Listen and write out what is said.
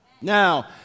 Now